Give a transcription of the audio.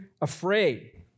afraid